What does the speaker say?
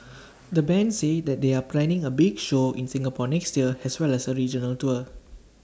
the Band say they are planning A big show in Singapore next year as well as A regional tour